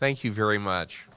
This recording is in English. thank you very much